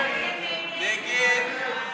ההסתייגות (8) של חברת הכנסת